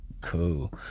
Cool